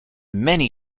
many